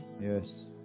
Yes